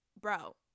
bro